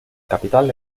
capital